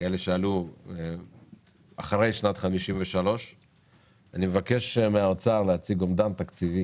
שעלו אחרי שנת 53'. אני גם מבקש מהאוצר להציג אומדן תקציבי